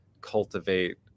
cultivate